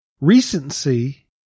Recency